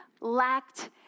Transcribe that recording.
lacked